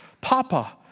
Papa